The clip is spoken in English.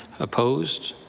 opposed.